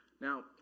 now